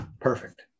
perfect